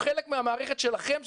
הוא חלק מהמערכת שלכם,